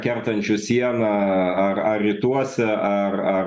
kertančių sieną ar ar rytuose ar ar